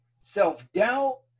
self-doubt